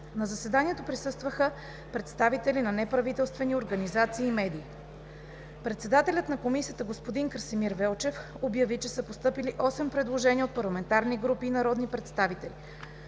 На заседанието присъстваха представители на неправителствени организации и медии. Председателят на комисията Красимир Велчев обяви, че са постъпили осем предложения от парламентарни групи и народни представители.